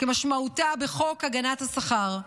כמשמעותו בחוק הגנת השכר,